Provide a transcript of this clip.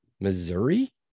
Missouri